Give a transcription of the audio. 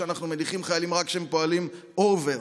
שאנחנו מדיחים חיילים רק כשהם פועלים אובר.